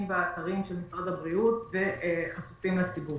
באתרים של משרד הבריאות וחשופים לציבור.